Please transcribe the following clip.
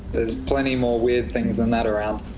there's plenty more weird things in that around.